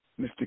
Mr